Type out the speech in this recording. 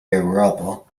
eŭropo